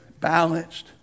balanced